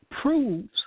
proves